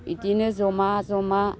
बिदिनो ज'मा ज'मा